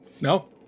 No